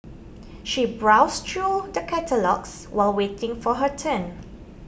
she browsed through the catalogues while waiting for her turn